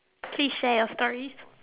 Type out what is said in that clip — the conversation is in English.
please share your stories